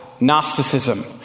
Gnosticism